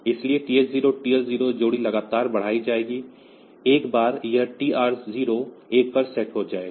इसलिए TH0 TL0 जोड़ी लगातार बढ़ाई जाएगी एक बार यह TR0 1 पर सेट हो जाएगा